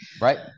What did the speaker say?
right